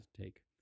take